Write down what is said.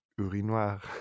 Urinoir